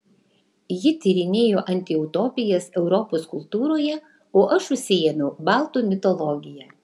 ji tyrinėjo antiutopijas europos kultūroje o aš užsiėmiau baltų mitologija